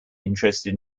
interested